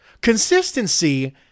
Consistency